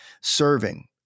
serving